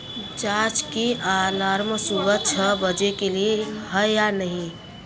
जाँच की आलार्म सुबह छ बजे के लिए है या नहीं